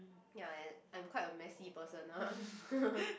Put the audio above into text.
ya I I'm quite a messy person ah